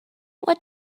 what